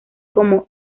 como